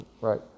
Right